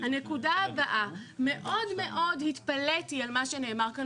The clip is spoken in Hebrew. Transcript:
הנקודה הבאה: מאוד מאוד התפלאתי על מה שנאמר כאן